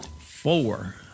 four